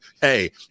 hey